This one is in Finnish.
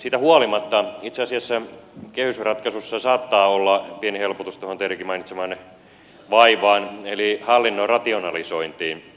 siitä huolimatta itse asiassa kehysratkaisussa saattaa olla pieni helpotus tuohon teidänkin mainitsemaanne vaivaan eli hallinnon rationalisointiin